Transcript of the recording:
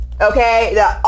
Okay